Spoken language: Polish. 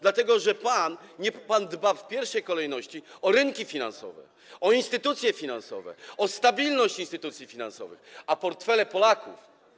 Dlatego, że pan dba w pierwszej kolejności o rynki finansowe, o instytucje finansowe, o stabilność instytucji finansowych, a portfele Polaków.